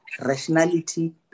rationality